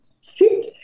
sit